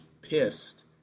pissed